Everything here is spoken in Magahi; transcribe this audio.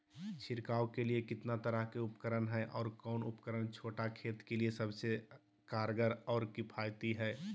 छिड़काव के लिए कितना तरह के उपकरण है और कौन उपकरण छोटा खेत के लिए सबसे कारगर और किफायती है?